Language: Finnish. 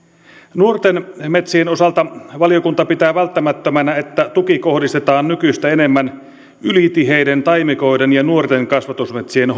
nuorten metsien osalta valiokunta pitää välttämättömänä että tuki kohdistetaan nykyistä enemmän sellaisten ylitiheiden taimikoiden ja nuorten kasvatusmetsien